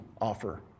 offer